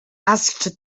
asked